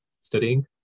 studying